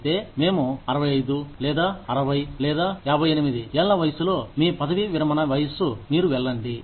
అయితే మేము 65 లేదా 60 లేదా 58 ఏళ్ళ వయసులో మీ పదవీ విరమణ వయస్సు మీరు వెళ్ళండి